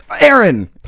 Aaron